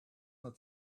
not